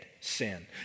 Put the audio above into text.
sin